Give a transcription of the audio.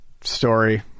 story